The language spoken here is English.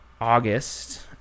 August